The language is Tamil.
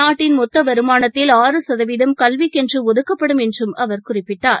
நாட்டின் மொத்தவருமானத்தில் ஆறு சதவீதம் கல்விக்கென்றுஒதுக்கப்படும் என்றும் அவர் குறிப்பிட்டார்